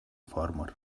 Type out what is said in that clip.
farmer